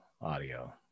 audio